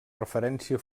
referència